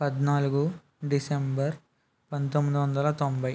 పద్నాలుగు డిసెంబర్ పంతొమ్మిది వందల తొంభై